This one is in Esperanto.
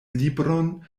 libron